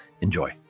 enjoy